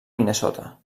minnesota